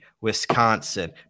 Wisconsin